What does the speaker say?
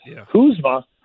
Kuzma